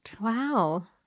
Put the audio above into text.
Wow